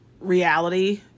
reality